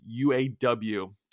UAW